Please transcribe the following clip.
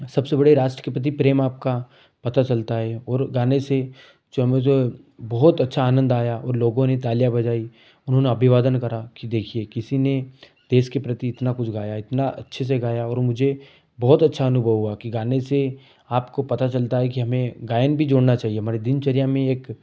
सबसे बड़े राष्ट्र के प्रति प्रेम आपका पता चलता है और गाने से जो बहुत अच्छा आनंद आया और लोगों ने तालियाँ बजाई उन्होंने अभिवादन करा कि देखिए किसी ने देश के प्रति इतना कुछ गाया इतना अच्छे से गाया और मुझे बहुत अच्छा अनुभव हुआ कि गाने से आपको पता चलता है कि हमें गायन भी जोड़ना चाहिए हमारी दिनचर्या में एक